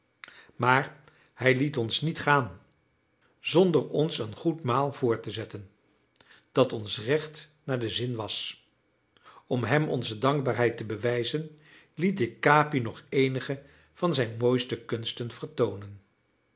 maar hij liet ons niet gaan zonder ons een goed maal voor te zetten dat ons recht naar den zin was om hem onze dankbaarheid te bewijzen liet ik capi nog eenige van zijn mooiste kunsten vertoonen